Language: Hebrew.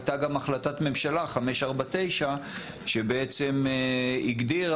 הייתה גם החלטת ממשלה 549 שבעצם הגדירה